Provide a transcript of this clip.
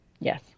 yes